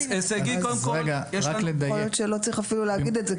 יכול להיות שלא צריך אפילו להגיד את זה,